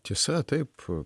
tiesa taip